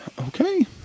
Okay